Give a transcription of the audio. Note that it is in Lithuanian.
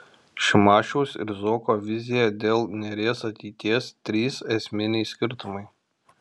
šimašiaus ir zuoko vizija dėl neries ateities trys esminiai skirtumai